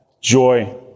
joy